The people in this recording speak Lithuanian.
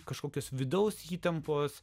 kažkokios vidaus įtampos